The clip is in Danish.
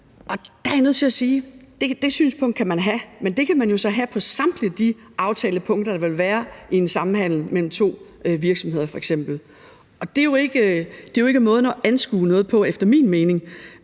Og der er jeg nødt til at sige, at det synspunkt kan man have, men det kan man jo så have i forhold til samtlige de aftalepunkter, der vil være i en samhandel f.eks. mellem to virksomheder. Og det er jo ikke måden at anskue noget på efter min mening.